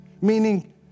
Meaning